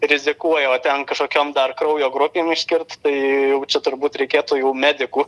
rizikuoja o ten kažkokiom dar kraujo grupėm išskirt tai jau čia turbūt reikėtų jau medikų